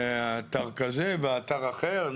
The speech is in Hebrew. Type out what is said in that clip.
אתר כזה ואתר אחר,